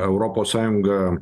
europos sąjunga